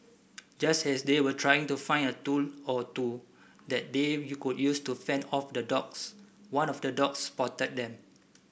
just as they were trying to find a tool or two that they could use to fend off the dogs one of the dogs spotted them